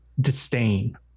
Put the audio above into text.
disdain